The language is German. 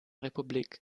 republik